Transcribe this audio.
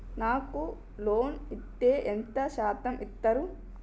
నాకు లోన్ ఇత్తే ఎంత శాతం ఇత్తరు?